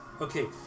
Okay